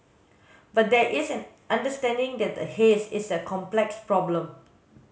but there is an understanding that the haze is a complex problem